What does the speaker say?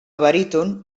baríton